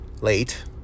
late